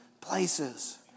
places